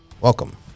Welcome